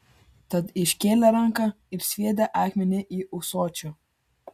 tad iškėlė ranką ir sviedė akmenį į ūsočių